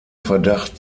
verdacht